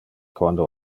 quando